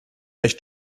echt